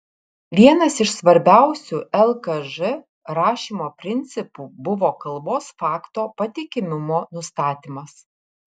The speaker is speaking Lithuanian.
vienas iš svarbiausių lkž rašymo principų buvo kalbos fakto patikimumo nustatymas